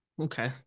Okay